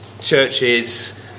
churches